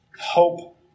hope